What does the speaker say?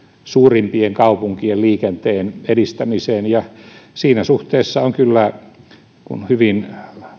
suurimpien kaupunkien liikenteen edistämiseksi ja siinä suhteessa on kyllä hyvin